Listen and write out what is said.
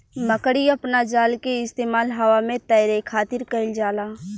मकड़ी अपना जाल के इस्तेमाल हवा में तैरे खातिर कईल जाला